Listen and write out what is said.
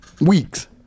weeks